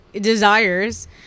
desires